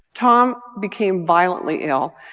tom became violently ill.